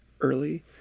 early